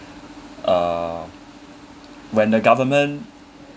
uh when the government